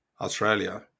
Australia